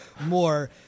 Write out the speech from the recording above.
More